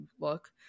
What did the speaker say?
look